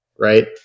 right